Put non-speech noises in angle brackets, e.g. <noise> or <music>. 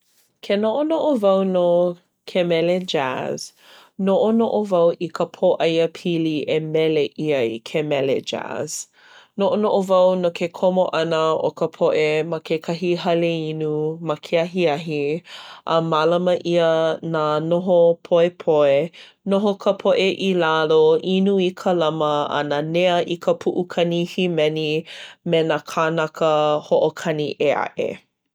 Ke noʻonoʻo wau no <hesitation> ke mele Jazz, noʻonoʻo wau i ka pōʻaiapili e mele ʻia ai ke mele Jazz. Noʻonoʻo wau no ke komo ʻana o ka poʻe ma kekahi hale inu, ma ke ahiahi. A mālama ʻia nā noho poepoe. Noho ka poʻe i lalo inu i ka lama a nanea i ka puʻukani hīmeni me nā kānaka hoʻokani ʻē aʻe.